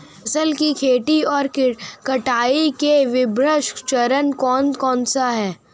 फसल की खेती और कटाई के विभिन्न चरण कौन कौनसे हैं?